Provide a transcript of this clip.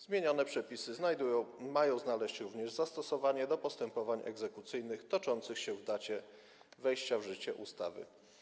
Zmienione przepisy mają znaleźć również zastosowanie do postępowań egzekucyjnych toczących się w dacie wejścia w życie ustawy.